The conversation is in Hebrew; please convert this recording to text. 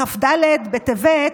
בכ"ד בטבת,